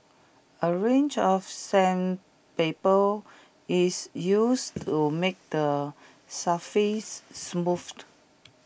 A range of sandpaper is used to make the surface smoothed